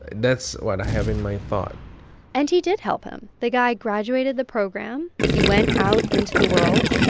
that's what i have in my thought and he did help him. the guy graduated the program. he went out into the world.